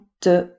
te